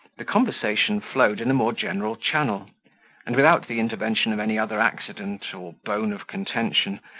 the conversation flowed in a more general channel and without the intervention of any other accident or bone of contention,